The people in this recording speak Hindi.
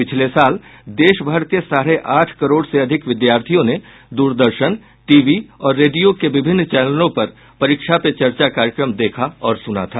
पिछले साल देश भर के साढ़े आठ करोड़ से अधिक विद्यार्थियों ने दूरदर्शन टीवी और रेडियो के विभिन्न चैनलों पर परीक्षा पे चर्चा कार्यक्रम देखा और सुना था